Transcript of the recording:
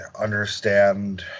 understand